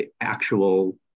actual